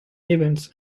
events